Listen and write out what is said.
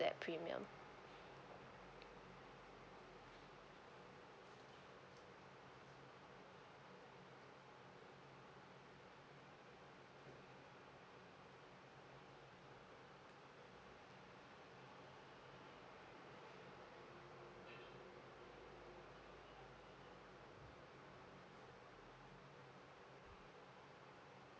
that premium